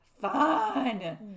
Fun